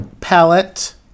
palette